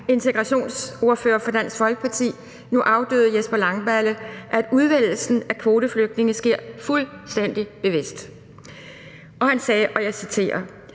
integrationsordfører for Dansk Folkeparti, nu afdøde Jesper Langballe, at udvælgelsen af kvoteflygtninge sker fuldstændig bevidst. Han sagde, og jeg citerer: